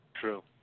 true